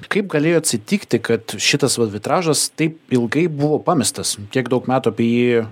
kaip galėjo atsitikti kad šitas va vitražas taip ilgai buvo pamestas tiek daug metų apie jį